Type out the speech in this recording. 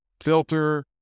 filter